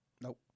Nope